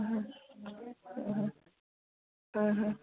হয় হয় হয়